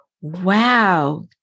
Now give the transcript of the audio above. wow